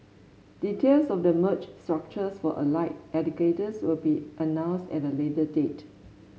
details of the merged structures for allied educators will be announced at a later date